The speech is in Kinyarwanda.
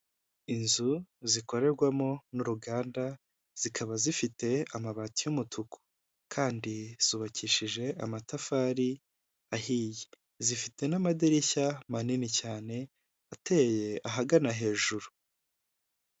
Inzu zikorerwamo n'uruganda zikaba zifite amabati y'umutuku kandi zubakishije amatafari ahiye, zifite n'amadirishya manini cyane ateye ahagana hejuru.